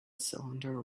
cylinder